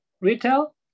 Retail